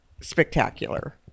spectacular